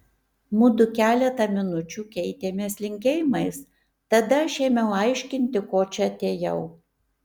mudu keletą minučių keitėmės linkėjimais tada aš ėmiau aiškinti ko čia atėjau